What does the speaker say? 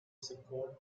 support